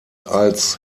als